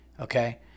Okay